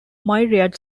myriad